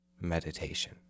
Meditation